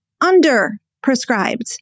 under-prescribed